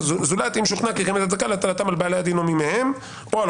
זולת אם שוכנע כי קיימת הצדקה להטלתם על בעלי הדין או מי מהם או על